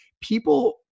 people